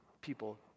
people